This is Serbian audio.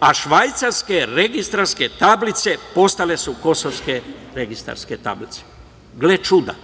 a švajcarske registarske tablice postale su kosovske registarske tablice. Autor